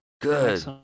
Good